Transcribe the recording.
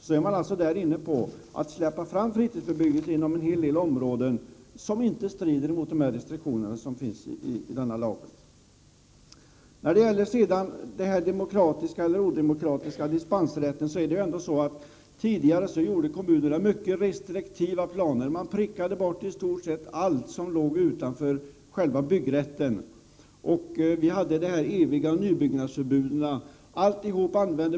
Där är man inne på att släppa fram fritidsbebyggelse inom en hel del områden, vilket inte strider mot de restriktioner som finns i naturresurslagen. När det gäller detta med dispansrätt vill jag säga att kommunerna tidigare gjorde upp mycket restriktiva planer. Man uteslöt i stort sett allt som låg utanför själva byggrätten. Vi hade eviga byggnadsförbud.